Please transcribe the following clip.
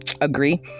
agree